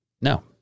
no